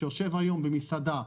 שיושב היום במסעדה,